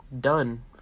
done